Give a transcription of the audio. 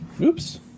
Oops